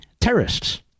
terrorists